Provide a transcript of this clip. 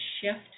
shift